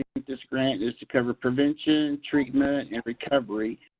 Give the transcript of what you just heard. this grant is to cover prevention, treatment, and recovery.